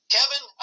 Kevin